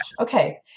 Okay